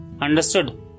understood